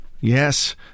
yes